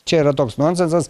čia yra toks nonsensas